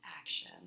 action